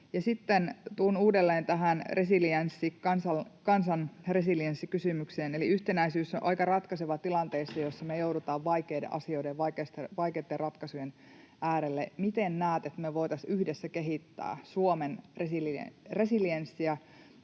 sitten tulen uudelleen tähän kansan resilienssikysymykseen. Eli yhtenäisyys on aika ratkaisevaa tilanteessa, jossa me joudutaan vaikeiden asioiden, vaikeitten ratkaisujen äärelle. Miten näet, että me voitaisiin yhdessä kehittää Suomen resilienssiä